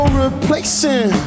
replacing